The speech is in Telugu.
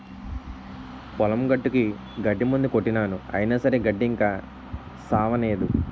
పొలం గట్టుకి గడ్డి మందు కొట్టినాను అయిన సరే గడ్డి ఇంకా సవ్వనేదు